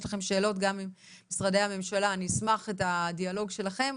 לכן שאלות גם למשרדי הממשלה אני אשמח לשמוע גם את הדיאלוג שלכן.